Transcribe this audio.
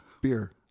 Beer